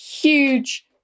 huge